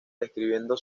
escribiendo